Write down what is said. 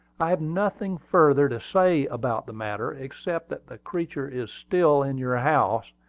i have nothing further to say about the matter, except that the creature is still in your house,